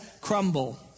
crumble